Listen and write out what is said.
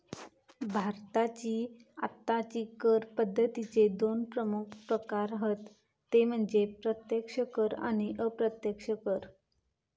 भारताची आत्ताची कर पद्दतीचे दोन प्रमुख प्रकार हत ते म्हणजे प्रत्यक्ष कर आणि अप्रत्यक्ष कर